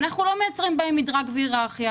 אנחנו לא מייצרים בהן מדרג והיררכיה.